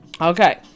Okay